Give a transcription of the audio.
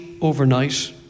overnight